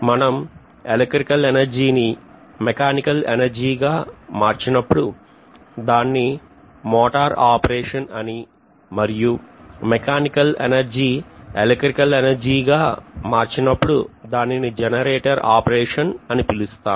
మనం ఎలక్ట్రికల్ ఎనర్జీని mechanical energy గా మార్చినప్పుడు దాన్ని మోటర్ ఆపరేషన్ అని మరియు మెకానికల్ ఎనర్జీ ఎలక్ట్రికల్ ఎనర్జీ గా మార్చి నప్పుడు దాన్ని జనరేటర్ ఆపరేషన్ అని పిలుస్తాం